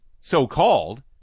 so-called